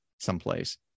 someplace